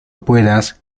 puedas